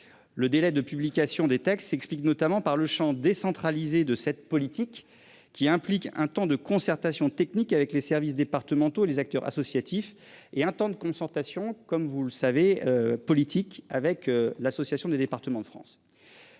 Le délai de publication des textes s'explique notamment par le chant décentralisé de cette politique qui implique un temps de concertation technique avec les services départementaux, les acteurs associatifs et un temps de concertation, comme vous le savez. Politique avec l'association des départements de France.